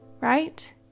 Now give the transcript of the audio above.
right